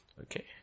Okay